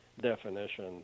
definition